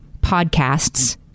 podcasts